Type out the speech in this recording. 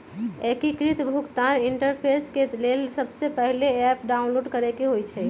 एकीकृत भुगतान इंटरफेस के लेल सबसे पहिले ऐप डाउनलोड करेके होइ छइ